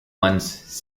ones